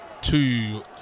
two